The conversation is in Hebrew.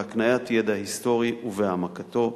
בהקניית ידע היסטורי ובהעמקתו,